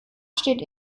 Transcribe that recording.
steht